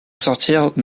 sortir